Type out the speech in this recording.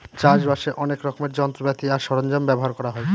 চাষ বাসে অনেক রকমের যন্ত্রপাতি আর সরঞ্জাম ব্যবহার করা হয়